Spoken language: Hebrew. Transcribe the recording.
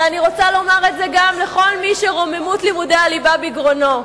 ואני רוצה לומר את זה גם לכל מי שרוממות לימודי הליבה בגרונו: